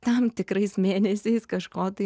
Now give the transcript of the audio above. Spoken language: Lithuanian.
tam tikrais mėnesiais kažko tai